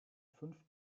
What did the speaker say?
fünf